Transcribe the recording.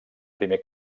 primer